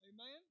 Amen